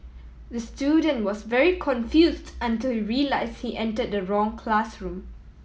the student was very confused until he realised he entered the wrong classroom